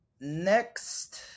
next